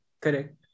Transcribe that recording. Correct